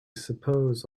suppose